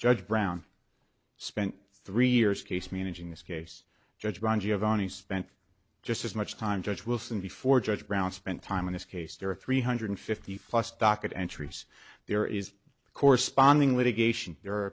judge brown spent three years case managing this case judge brown giovanni spent just as much time judge wilson before judge brown spent time in this case there are three hundred fifty fust docket entries there is corresponding litigation